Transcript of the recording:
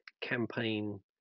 campaign